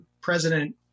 president